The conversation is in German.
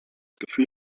gefühl